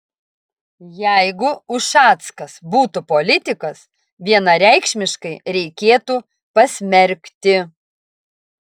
jeigu ušackas būtų politikas vienareikšmiškai reikėtų pasmerkti